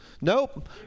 Nope